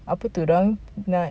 apa itu dia orang nak